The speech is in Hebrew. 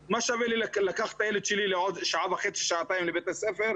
אז מה שווה לי לקחת את הילד שלי לעוד שעה וחצי או שעתיים לבית הספר.